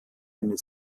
eine